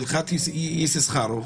בהלכת יששכרוב,